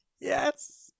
yes